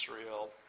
Israel